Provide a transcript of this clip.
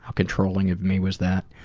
ah controlling of me was that?